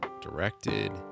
directed